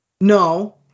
No